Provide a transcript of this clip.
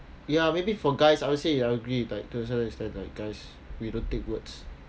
ya maybe for guys I would say I agree but there's also like guys we don't take words